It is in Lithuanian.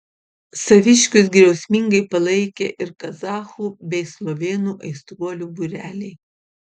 saviškius griausmingai palaikė ir kazachų bei slovėnų aistruolių būreliai